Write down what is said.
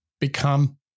become